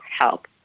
help